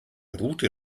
rute